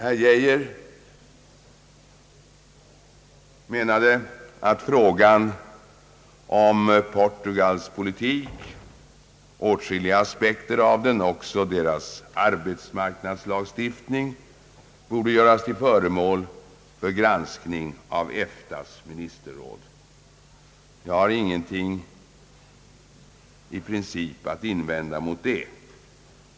Herr Geijer menade att åtskilliga aspekter av Portugals politik och även dess arbetsmarknadslagstiftning borde göras till föremål för granskning av EFTA:s ministerråd. Jag har ingenting i princip att invända mot det.